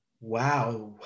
wow